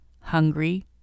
hungry